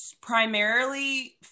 primarily